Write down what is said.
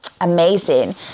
Amazing